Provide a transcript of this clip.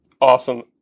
Awesome